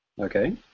Okay